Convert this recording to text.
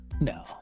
no